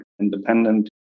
independent